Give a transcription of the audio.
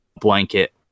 blanket